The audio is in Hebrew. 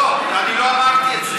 לא, אני לא אמרתי את זה.